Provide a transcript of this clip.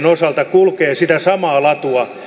osalta kulkee sitä samaa latua